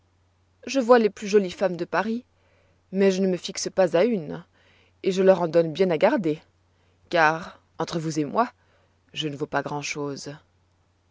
je vois les plus jolies femmes de paris mais je ne me fixe pas à une et je leur en donne bien à garder car entre vous et moi je ne vaux pas